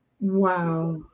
Wow